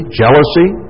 jealousy